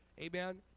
Amen